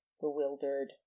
bewildered